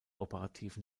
operativen